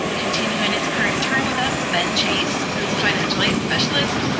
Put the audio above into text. um continuing his current term with us is ben chase. he was the financial aid specialist.